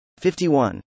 51